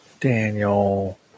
daniel